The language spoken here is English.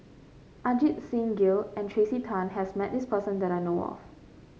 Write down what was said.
Ajit Singh Gill and Tracey Tan has met this person that I know of